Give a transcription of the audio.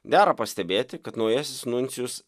dera pastebėti kad naujasis nuncijus